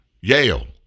Yale